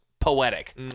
poetic